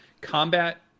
Combat